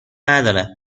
ندارد